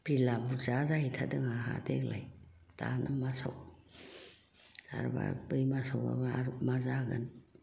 बिला बुरजा जाहैथारदों आंहा देग्लाय दा बे मासाव आरोबा बै मासावबा मा मा जागोन